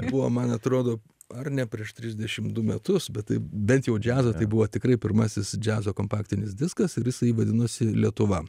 buvo man atrodo ar ne prieš trisdešim du metus bet tai bent jau džiazo tai buvo tikrai pirmasis džiazo kompaktinis diskas ir jisai vadinosi lietuva